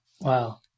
Wow